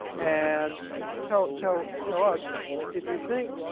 and tell so tell us if you think,